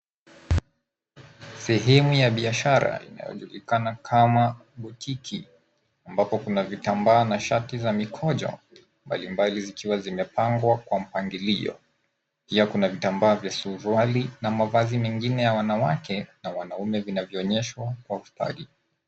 Sehemu ya biashara inayojulikana kama botiki ambapo kuna vitambaa na shati za mikunjo mbalimbali ambazo zimepangwa kwa mpangilio. Pia kuna vitambaa vya suruali na mavazi mengine ya wanawake na wanaume vinavyoonyeshwa kwa ustadi.